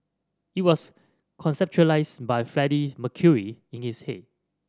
it was conceptualised by Freddie Mercury in his head